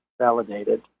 validated